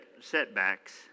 setbacks